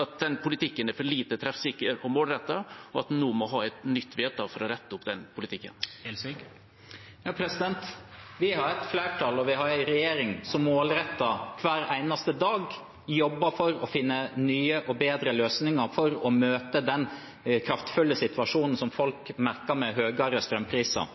at den politikken er for lite treffsikker og målrettet, og at en nå må ha et nytt vedtak for å rette opp den politikken? Vi har et flertall, og vi har en regjering som målrettet hver eneste dag jobber for å finne nye og bedre løsninger for å møte den kraftfulle situasjonen som folk merker, med høyere strømpriser.